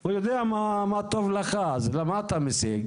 הוא יודע מה טוב לך, אז למה אתה מסיג?